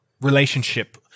relationship